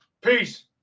Peace